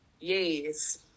Yes